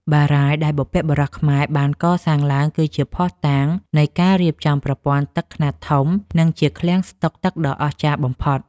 បារាយណ៍ដែលបុព្វបុរសខ្មែរបានកសាងឡើងគឺជាភស្តុតាងនៃការរៀបចំប្រព័ន្ធទឹកខ្នាតធំ និងជាឃ្លាំងស្តុកទឹកដ៏អស្ចារ្យបំផុត។